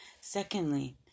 Secondly